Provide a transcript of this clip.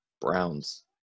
Browns